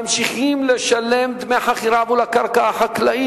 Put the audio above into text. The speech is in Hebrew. ממשיכים לשלם דמי חכירה עבור הקרקע החקלאית,